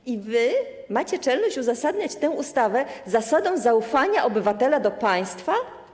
I wy macie czelność uzasadniać tę ustawę zasadą zaufania obywatela do państwa?